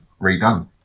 redone